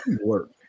work